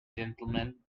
gentlemen